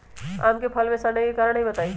आम क फल म सरने कि कारण हई बताई?